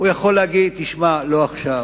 הוא יכול להגיד: תשמע, לא עכשיו.